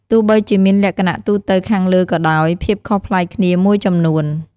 ទោះបីជាមានលក្ខណៈទូទៅខាងលើក៏ដោយ ភាពខុសប្លែកគ្នាមួយចំនួន។